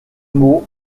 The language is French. mot